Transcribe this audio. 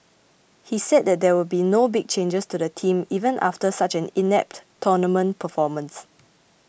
he said that there will be no big changes to the team even after such an inept tournament performance